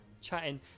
chatting